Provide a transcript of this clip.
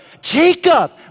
Jacob